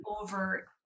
over